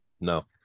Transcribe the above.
No